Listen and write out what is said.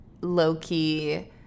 low-key